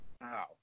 Wow